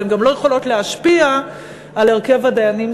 אבל הן גם לא יכולות להשפיע על הרכב הדיינים